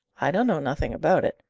i dun know nothing about it.